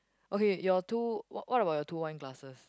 okay your two what what about your two wine glasses